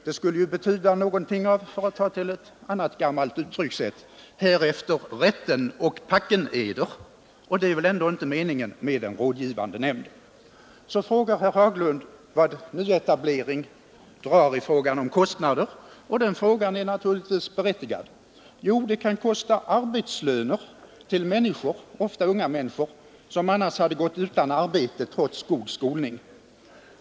Det skulle ju betyda — och det är väl ändå inte meningen med en rådgivande nämnd — att man, för att ta till ett gammalt uttryckssätt, sade: Det rätter och packer eder efter. Så frågar herr Haglund vad nyetablering drar i fråga om kostnader, och den frågan är naturligtvis berättigad. Jo, det kan kosta arbetslöner till människor — ofta unga människor — som annars hade gått utan arbete trots god skolning.